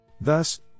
Thus